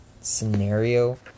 scenario